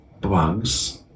bugs